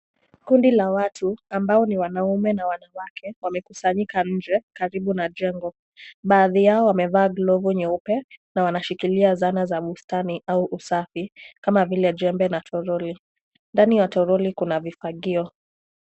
Kundi la watu ambao ni wanaume na wanawake wamekusanyika nje karibu na jengo. Baadhi yao wamevaa glovu nyeupe na wanashikilia zana za bustani au usafi kama vile jembe na toroli. Ndani ya toroli kuna vifagio.